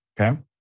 okay